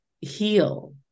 heal